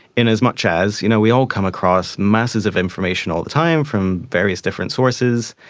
in as much as you know we all come across masses of information all the time from various different sources,